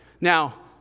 Now